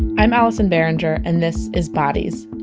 i'm allison behringer and this is bodies,